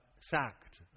sacked